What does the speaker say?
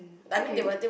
okay